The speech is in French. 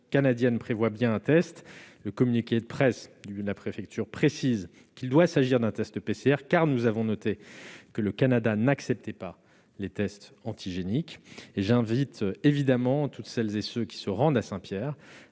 canadienne prévoit bien un test. Le communiqué de presse précise qu'il doit s'agir d'un test PCR, compte tenu du fait que le Canada n'accepte pas les tests antigéniques. J'invite évidemment toutes celles et tous ceux qui se rendent à Saint-Pierre